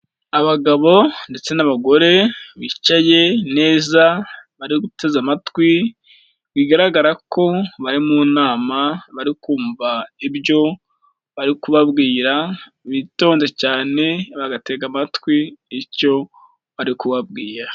Abagabo ndetse n'abagore bicaye neza, bari guteze amatwi bigaragara ko bari mu nama bari kumva ibyo bari kubabwira, bitonze cyane bagatega amatwi icyo bari kubabwira.